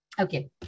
okay